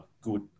good